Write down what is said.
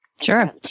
Sure